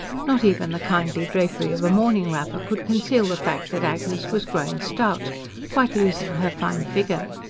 not even the kindly drapery of a morning-wrapper could conceal the fact that agnes was growing stout quite losing her fine figure.